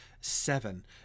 seven